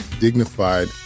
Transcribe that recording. dignified